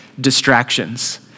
distractions